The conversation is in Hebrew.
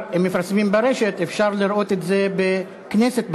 אם מפרסמים ברשת, אפשר לראות את זה ב"כנסת ברשת".